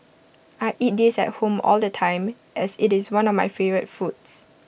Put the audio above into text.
I eat this at home all the time as IT is one of my favourite foods